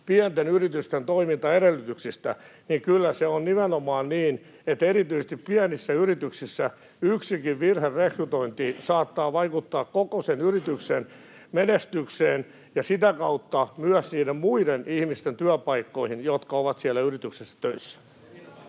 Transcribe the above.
pienten yritysten toimintaedellytyksistä, niin kyllä se on nimenomaan niin, että erityisesti pienissä yrityksissä yksikin virherekrytointi saattaa vaikuttaa koko sen yrityksen menestykseen ja sitä kautta myös niiden muiden ihmisten työpaikkoihin, jotka ovat siellä yrityksessä töissä.